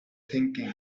thinking